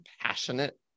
passionate